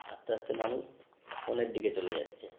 আস্তে আস্তে মানুষ ফোনের দিকে চলে যাচ্ছে